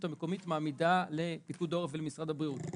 המקומית מעמידה לפיקוד העורף ולמשרד הבריאות.